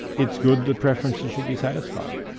it's good that preferences should be satisfied.